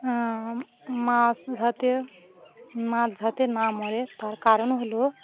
মাছ ধাতে মাছ ধাতে না মরে তার কারণ হলো